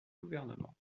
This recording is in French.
gouvernements